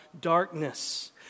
darkness